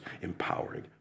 empowering